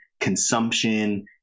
consumption